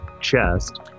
chest